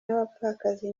n’abapfakazi